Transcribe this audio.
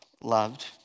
loved